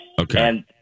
Okay